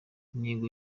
intego